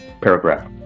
paragraph